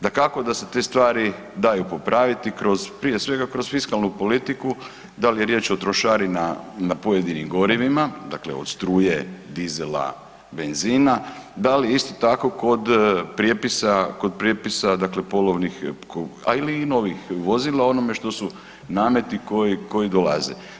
Dakako da se te stvari daju popraviti kroz, prije svega kroz fiskalnu politiku da li je riječ o trošarinama na pojedinim gorivima, dakle od struje, dizela, benzina, da li isto tako kod prijepisa, kod prijepisa dakle polovnih ali i novih vozila onome što su nameti koji dolaze.